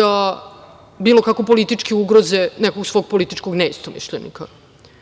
da bilo kako politički ugroze nekog svog političkog neistomišljenika. Dakle,